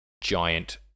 giant